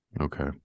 Okay